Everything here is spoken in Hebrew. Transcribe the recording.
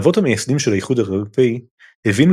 האבות המייסדים של האיחוד האירופי הבינו